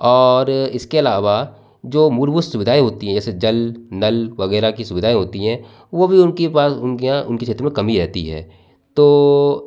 और इसके अलावा जो मूलभूत सुविधाएं होती हैं जैसे जल नल वगैरह की सुविधाएं होती हैं वो भी उनकी उनके यहाँ उनकी क्षेत्र में कम ही रहती है तो